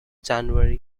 january